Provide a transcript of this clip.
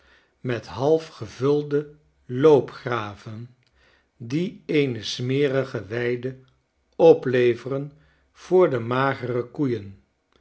met half gevulde loopgraven die eene smerige weide opleveren voor de magere koeien